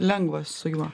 lengva su juo